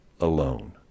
alone